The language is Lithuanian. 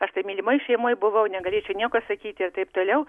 aš tai mylimoj šeimoj buvau negalėčiau nieko sakyti ir taip toliau